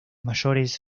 mayores